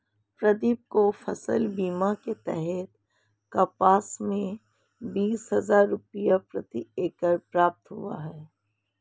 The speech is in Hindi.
प्रदीप को फसल बीमा के तहत कपास में बीस हजार रुपये प्रति एकड़ प्राप्त हुए